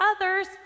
others